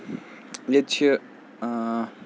ییٚتہِ چھِ